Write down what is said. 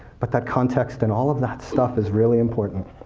but that context and all of that stuff is really important.